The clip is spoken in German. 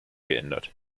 geändert